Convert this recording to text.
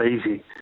easy